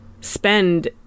spend